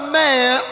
man